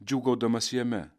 džiūgaudamas jame